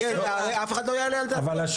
הרי אף אחד לא יעלה על דעתו אבל זה לא קרה עד היום.